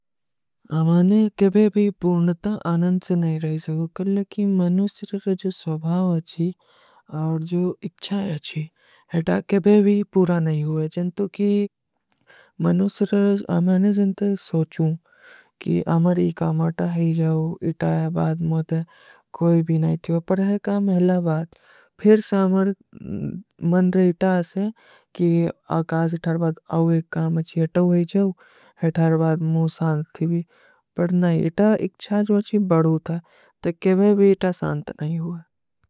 ଆମାନେ କବେ ଭୀ ପୂର୍ଣତା ଆନନ୍ସ ନହୀଂ ରହୀ ସକୋ, କ୍ଲକି ମନୁସ୍ତରର ଜୋ ସଵଭାଵ ଅଚ୍ଛା ହୈ ଅଚ୍ଛା କବେ ଭୀ ପୂରା ନହୀଂ ହୁଆ। ମନୁସ୍ତରର ଆମାନେ ଜିନତେ ସୋଚୂଂ କି ଆମର ଇକାମାଟା ହୈ ଜାଓ, ଇତାଯା ବାଦ ମୁଝେ କୋଈ ଭୀ ନହୀଂ ଥୀ। ପର ନହୀଂ, ଇତା ଇକ୍ଛା ଜୋଚୀ ବଡୋତା ହୈ, ତୋ କବେ ଭୀ ଇତା ସାଂତ ନହୀଂ ହୁଆ।